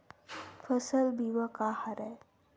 फसल बीमा का हरय?